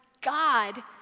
God